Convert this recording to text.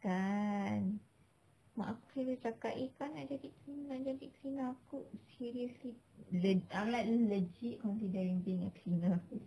kan mak aku ni cakap eh kau nak jadi cleaner nak jadi cleaner aku seriously le~ I'm like legit considering being a cleaner